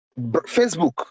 Facebook